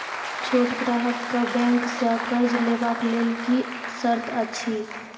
छोट ग्राहक कअ बैंक सऽ कर्ज लेवाक लेल की सर्त अछि?